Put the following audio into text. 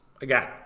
Again